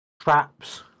traps